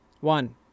One